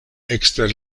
ekster